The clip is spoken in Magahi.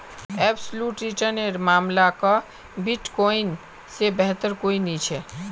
एब्सलूट रिटर्न नेर मामला क बिटकॉइन से बेहतर कोई नी छे